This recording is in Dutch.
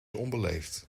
onbeleefd